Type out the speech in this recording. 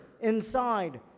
inside